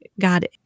God